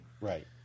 Right